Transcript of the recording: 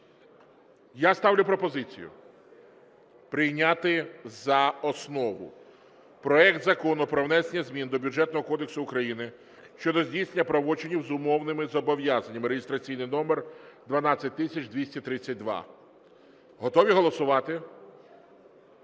Я ставлю пропозицію прийняти за основу проект Закону про внесення змін до Бюджетного кодексу України щодо здійснення правочинів з умовними зобов'язаннями (реєстраційний номер 12232). Готові голосувати?